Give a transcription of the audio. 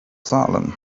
salem